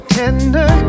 tender